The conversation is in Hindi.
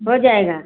हो जाएगा